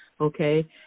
okay